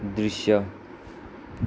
दृश्य